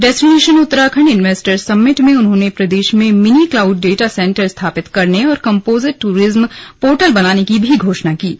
destination Uttarakhand investors summit में उन्होंने प्रदेश में मिनी क्लाउड डेटा सेंटर स्थापित करने और कम्पोजिट दूरिज्म पोर्टल बनाने की भी घोषणा की है